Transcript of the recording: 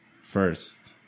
first